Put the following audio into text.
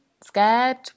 Scared